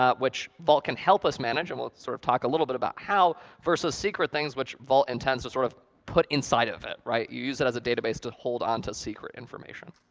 ah which vault can help us manage and we'll sort of talk a little bit about how versus secret things, which vault intends to sort of put inside of it. you use it as a database to hold onto secret information.